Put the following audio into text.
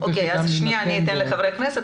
קודם אתן את רשות הדיבור לחברי הכנסת.